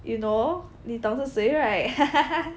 you know 你懂是谁 right